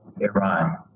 Iran